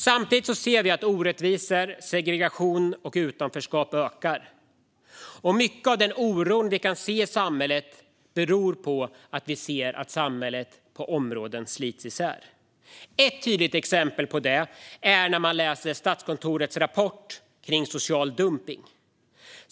Samtidigt ser vi att orättvisor, segregation och utanförskap ökar. Mycket av den oro vi ser i samhället beror på att samhället på flera områden slits isär. Ett tydligt exempel på detta ser vi i Statskontorets rapport om social dumpning.